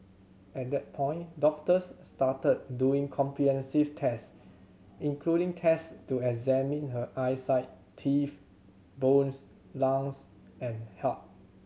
at that point doctors started doing comprehensive test including test to examine her eyesight teeth bones lungs and heart